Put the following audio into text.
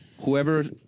Whoever